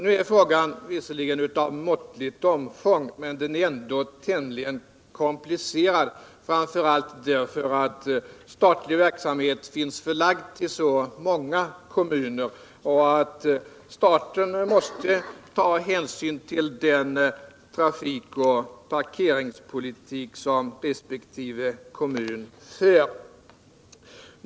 Nu är frågan visserligen av måttligt omfång, men den är ändå tämligen komplicerad, framför allt därför att statlig verksamhet finns förlagd till så många kommuner och att staten måste ta hänsyn till den trafikoch parkeringspolitik som resp. kommun för.